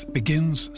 begins